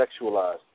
sexualized